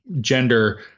gender